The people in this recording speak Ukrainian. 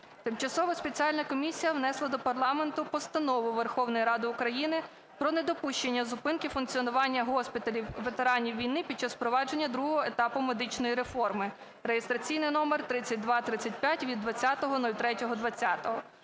Тимчасова спеціальна комісія внесла до парламенту Постанову Верховної Ради України про недопущення зупинки функціонування госпіталів ветеранів війни під час впровадження другого етапу медичної реформи (реєстраційний номер 3235) (від 20.03.2020),